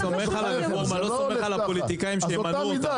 אני סומך על הרפורמה ולא סומך על הפוליטיקאים שימנו את השופטים.